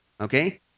okay